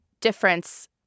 difference